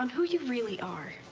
and who you really are.